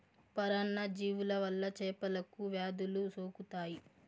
పరాన్న జీవుల వల్ల చేపలకు వ్యాధులు సోకుతాయి